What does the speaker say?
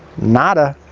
nada.